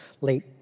late